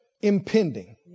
impending